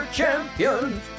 champions